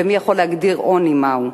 ומי יכול להגדיר עוני מהו?